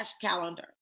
calendar